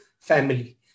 family